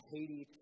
Haiti